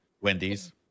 Wendy's